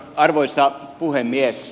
arvoisa puhemies